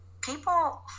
people